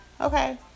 Okay